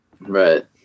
Right